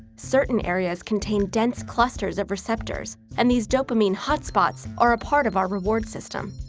certain areas contain dense clusters of receptors, and these dopamine hot spots are a part of our reward system.